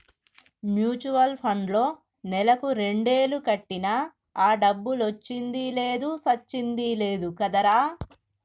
mutual పండ్లో నెలకు రెండేలు కట్టినా ఆ డబ్బులొచ్చింది లేదు సచ్చింది లేదు కదరా